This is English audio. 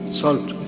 salt